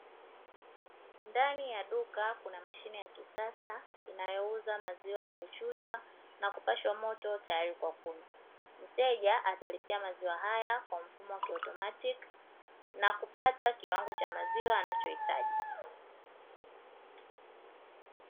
Ndani ya duka kuna mashine ya kisasa inayouza maziwa yaliyochujwa na kupashwa moto tayari kwa kunywa, mteja atalipia maziwa haya kwa mfumo wa kiautomatiki na kupata kiwango cha maziwa anachohitaji.